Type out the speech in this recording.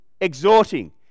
exhorting